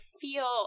feel